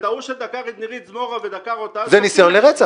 ההוא שדקר את מירית דבורה ודקר --- זה ניסיון לרצח.